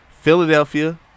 Philadelphia